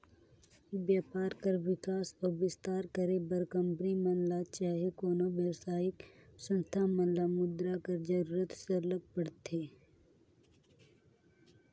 बयपार कर बिकास अउ बिस्तार करे बर कंपनी मन ल चहे कोनो बेवसायिक संस्था मन ल मुद्रा कर जरूरत सरलग परथे